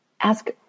Ask